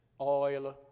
oil